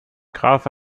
graf